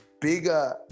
bigger